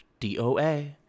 DOA